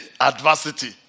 adversity